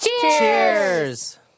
Cheers